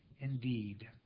indeed